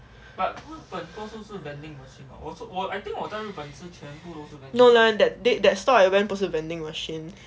no no lah that that store I went 不是 vending machine